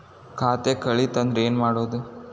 ಖಾತೆ ಕಳಿತ ಅಂದ್ರೆ ಏನು ಮಾಡೋದು?